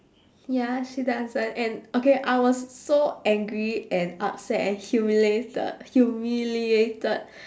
ya she doesn't and okay I was so angry and upset and humiliated humiliated